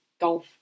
golf